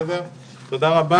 תודה לך.